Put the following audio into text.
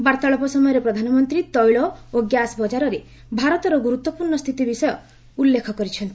ବାର୍ତ୍ତାଳାପ ସମୟରେ ପ୍ରଧାନମନ୍ତ୍ରୀ ତେିଳ ଓ ଗ୍ୟାସ୍ ବଜାରରେ ଭାରତର ଗୁରୁତ୍ୱପୂର୍ଣ୍ଣ ସ୍ଥିତି ବିଷୟ ଉଲ୍ଲେଖ କରିଛନ୍ତି